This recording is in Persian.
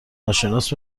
ناشناس